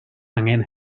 angen